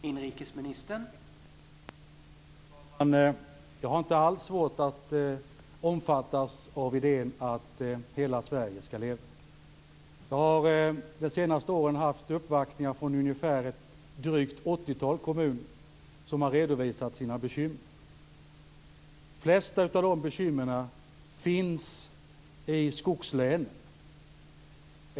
Herr talman! Jag har inte svårt att omfattas av idén att hela Sverige skall leva. Jag har de senaste åren fått uppvaktningar från drygt 80 kommuner som har redovisat sina bekymmer. De flesta bekymren finns i skogslänen.